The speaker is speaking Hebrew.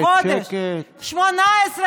חלאס.